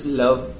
love